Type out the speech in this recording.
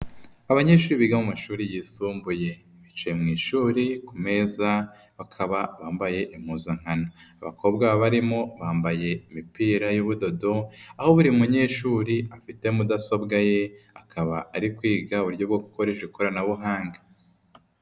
Abanyeshuri biga mu mashuri yisumbuye. Bicaye mu ishuri ku meza, bakaba bambaye impuzankano. Abakobwa barimo bambaye imipira y'ubudodo, aho buri munyeshuri afite mudasobwa ye, akaba ari kwiga uburyo bwo gukoresha ikoranabuhanga.